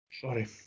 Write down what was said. Sorry